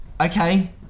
Okay